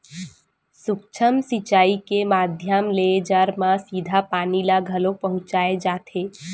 सूक्ष्म सिचई के माधियम ले जर म सीधा पानी ल घलोक पहुँचाय जाथे